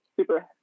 super